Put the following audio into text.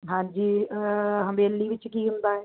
ਹਾਂਜੀ ਹਵੇਲੀ ਵਿੱਚ ਕੀ ਹੁੰਦਾ ਏ